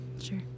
sure